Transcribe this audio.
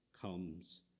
comes